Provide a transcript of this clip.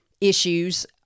issues